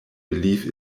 believe